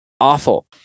awful